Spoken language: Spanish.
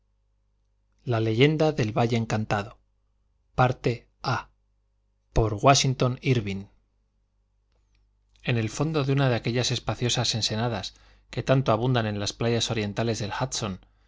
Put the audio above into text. cielos estivales castle of indolence en el fondo de una de aquellas espaciosas ensenadas que tanto abundan en las playas orientales del hudson